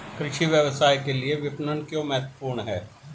कृषि व्यवसाय के लिए विपणन क्यों महत्वपूर्ण है?